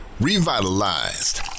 Revitalized